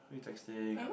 who you texting